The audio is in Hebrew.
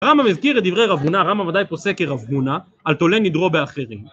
רמב"ם מזכיר את דברי רב הונא, הרמב"ם ודאי פוסק כדברי רב הונא על תולה נדרו באחרים